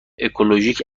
اکولوژیک